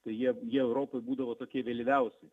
tai jie jie europoj būdavo tokie vėlyviausi